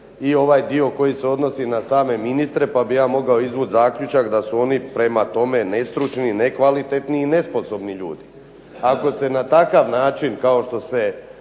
i ovaj dio koji se odnosi na same ministre pa bi ja mogao izvući zaključak da su oni prema tome nestručni, nekvalitetni i nesposobni ljudi. Ako se na takav način kao što se